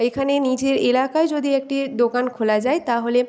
এখানে নিজের এলাকায় যদি একটি দোকান খোলা যায় তাহলে